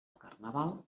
carnaval